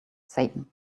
satan